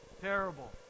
Terrible